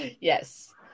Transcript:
Yes